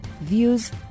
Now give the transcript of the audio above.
views